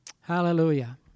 Hallelujah